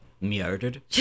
murdered